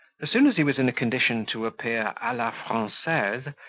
as soon as he was in a condition to appear a la francaise,